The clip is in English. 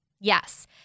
Yes